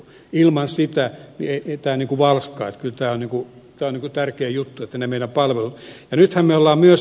ilman sitä tämä falskaa että kyllä tämä on tärkeä juttu ne meidän palvelumme